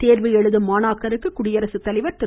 தேர்வு எழுதும் மாணாக்கருக்கு குடியரசுத்தலைவர் திரு